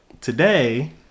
today